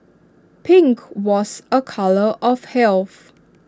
pink was A colour of health